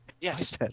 yes